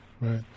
right